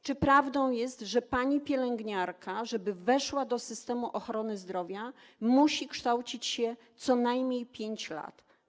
Czy prawdą jest, że pani pielęgniarka, żeby weszła do systemu ochrony zdrowia, musi kształcić się co najmniej 5 lat?